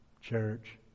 Church